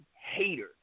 hater